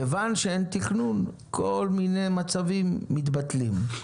כיוון שאין תכנון כל מיני מצבים מתבטלים.